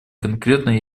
конкретно